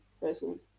person